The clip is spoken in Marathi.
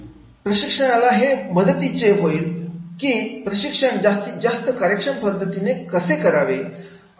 माधुरीची तपणे प्रशिक्षणाला हे मदतीचे होईल की प्रशिक्षण जास्तीत जास्त कार्यक्षम कसे करावे